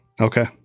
okay